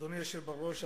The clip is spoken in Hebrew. אדוני היושב בראש,